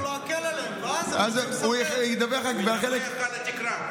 הוא ידווח עד התקרה.